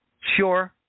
Sure